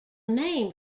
name